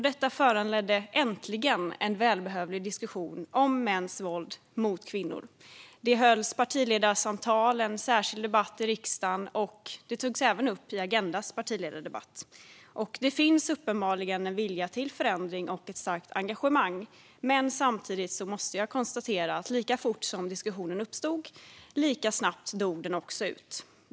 Detta föranledde - äntligen - en välbehövlig diskussion om mäns våld mot kvinnor. Det hölls partiledarsamtal samt en särskild debatt i riksdagen. Frågan togs även upp i Agendas partiledardebatt. Det finns uppenbarligen en vilja till förändring och ett starkt engagemang. Men lika fort som diskussionen uppstod, lika snabbt dog den ut.